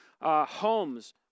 homes